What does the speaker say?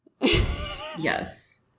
yes